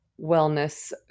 wellness